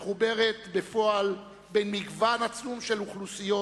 מחברת בפועל בין מגוון עצום של אוכלוסיות,